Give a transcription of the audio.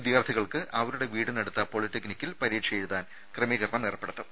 വിദ്യാർത്ഥികൾക്ക് അവരുടെ വീടിനടുത്ത പോളിടെക്നിക്കിൽ പരീക്ഷയെഴുതാൻ ക്രമീകരണം ഏർപ്പെടുത്തും